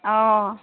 অঁ